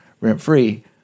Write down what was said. rent-free